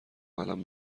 قلم